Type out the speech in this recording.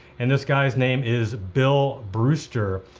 and this guy's name is bill brewster,